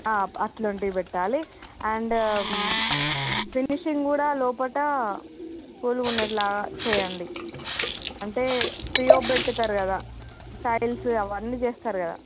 అట్లాంటిది పెట్టాలి and finishing కూడ లోపల కూల్గా ఉండేలాగా చేయండి అంటే పీఒపీ పెట్టుతారు కదా టైల్స్ అవన్నీ చేస్తారు కదా